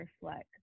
reflect